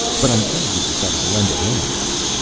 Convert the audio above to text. but i'm glad you've decided to lend a hand, gussy.